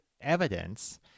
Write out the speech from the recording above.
evidence